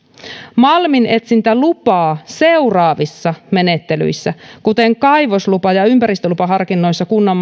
malminetsintälupaa seuraavissa menettelyissä kuten kaivoslupa ja ympäristölupaharkinnoissa kunnan